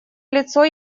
лицо